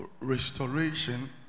restoration